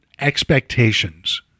expectations